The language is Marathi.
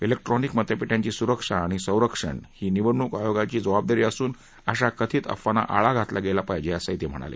इलेक्ट्रॉनिक मतपेटयांची सुरक्षा आणि संरक्षण ही निवडणूक आयोगाचं जबाबदारी असून अशा कथित अफवांना आळा घातला गेला पाहिजे असंही ते म्हणाले